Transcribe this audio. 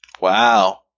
wow